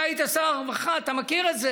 אתה היית שר הרווחה, אתה מכיר את זה